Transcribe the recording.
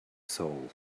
soul